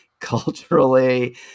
Culturally